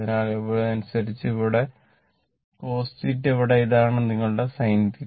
അതിനാൽ അതനുസരിച്ച് ഇത് ഇവിടെ cos θ ഇവിടെ ഇതാണ് നിങ്ങളുടെ sin θ